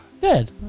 Good